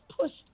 pushed